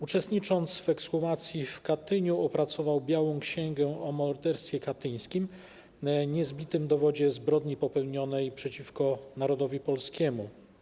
Uczestnicząc w ekshumacji w Katyniu, opracował białą księgę o morderstwie katyńskim, niezbity dowód zbrodni popełnionej przeciwko narodowi polskiemu.